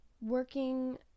working